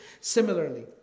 similarly